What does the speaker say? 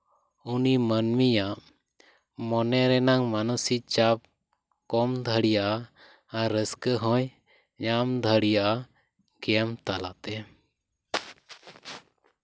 ᱩᱱᱤ ᱢᱟᱹᱱᱢᱤᱭᱟᱜ ᱢᱚᱱᱮ ᱨᱮᱱᱟᱝ ᱢᱟᱱᱚᱥᱤᱠ ᱪᱟᱯ ᱠᱚᱢ ᱫᱟᱲᱮᱭᱟᱜᱼᱟ ᱟᱨ ᱨᱟᱹᱥᱠᱟᱹ ᱦᱚᱸᱭ ᱧᱟᱢ ᱫᱟᱲᱮᱭᱟᱜᱼᱟ ᱜᱮᱢ ᱛᱟᱞᱟᱛᱮ